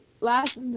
last